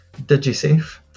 DigiSafe